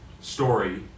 story